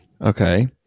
okay